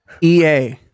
EA